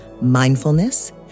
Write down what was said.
mindfulness